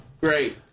great